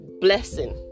blessing